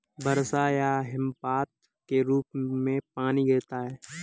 वर्षा या हिमपात के रूप में पानी गिरता है